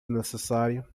necessário